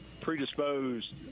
predisposed